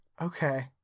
Okay